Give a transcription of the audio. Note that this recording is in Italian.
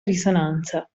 risonanza